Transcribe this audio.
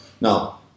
Now